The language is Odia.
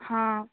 ହଁ